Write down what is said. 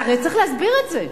הרי אתה צריך להסביר את זה.